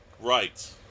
Right